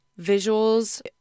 visuals